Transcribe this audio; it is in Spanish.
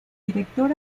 director